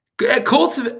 Colts